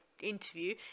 interview